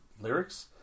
lyrics